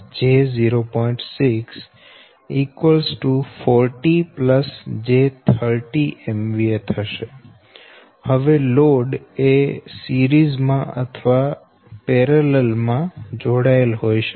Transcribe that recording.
6 40 j 30 MVA હવે load એ શ્રેણી માં અથવા સમાંતર રીતે જોડાયેલ હોય શકે